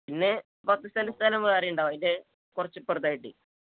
പിന്നെ പത്ത് സെന്റ് സ്ഥലം വേറെയുണ്ടാകും അതിന്റെ കുറച്ച് ഇപ്പുറത്തായിട്ട്